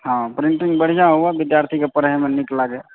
अच्छा अच्छा